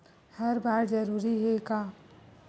हर बार जरूरी हे का?